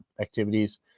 activities